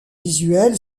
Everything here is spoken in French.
visuel